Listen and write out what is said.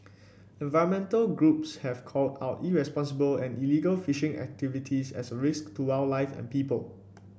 environmental groups have called out irresponsible and illegal fishing activities as a risk to wildlife and people